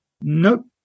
Nope